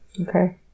Okay